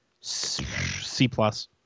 C-plus